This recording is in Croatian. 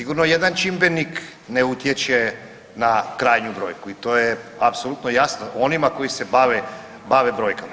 Sigurno jedan čimbenik ne utječe na krajnju brojku i to je apsolutno jasno onima koji se bave brojkama.